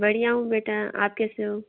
बढ़िया हूँ बेटा आप कैसे हो